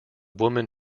woman